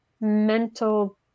mental